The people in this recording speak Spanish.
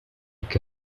que